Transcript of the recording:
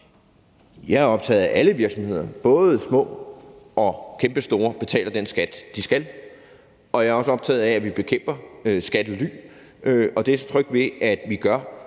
Jeg er optaget af, at alle virksomhederne, både små og kæmpestore, betaler den skat, de skal. Jeg er også optaget af, at vi bekæmper skattely, og det er jeg tryg ved at vi gør,